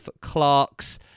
clark's